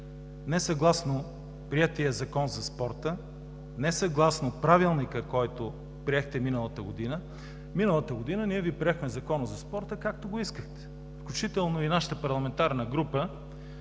не съгласно приетия Закон за спорта, не съгласно Правилника, който приехте миналата година. Миналата година ние Ви приехме Закон за спорта, както го искахте, включително и нашата парламентарна група